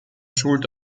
schuld